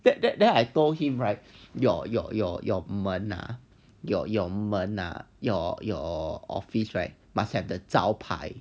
that that that I told him right your your your your 门 ah your your 门 or your your office right must have 的招牌